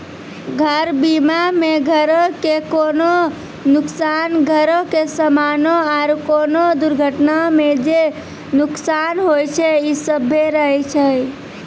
घर बीमा मे घरो के कोनो नुकसान, घरो के समानो आरु कोनो दुर्घटना मे जे नुकसान होय छै इ सभ्भे रहै छै